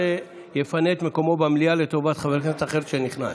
שיפנה את מקומו במליאה לטובת חבר כנסת אחר שנכנס.